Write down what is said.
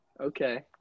Okay